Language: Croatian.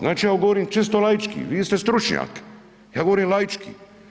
Znači ja govorim čisto laički, vi ste stručnjak, ja govorim laički.